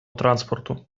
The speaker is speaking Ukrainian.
транспорту